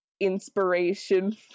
inspiration